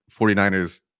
49ers